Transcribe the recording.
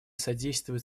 содействует